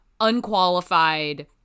unqualified